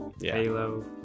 halo